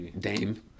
Dame